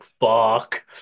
Fuck